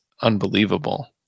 unbelievable